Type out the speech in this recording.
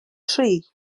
tri